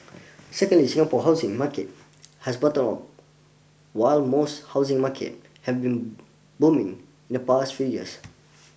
secondly Singapore's housing market has bottomed out while most housing markets have been booming in the past few years